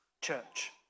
church